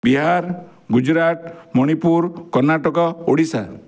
Bihar Gujarat Manipur Karnataka Odisha